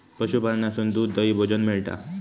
पशूपालनासून दूध, दही, भोजन मिळता